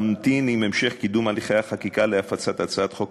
תמתין עם המשך קידום הליכי החקיקה להפצת הצעת חוק